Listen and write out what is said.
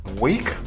week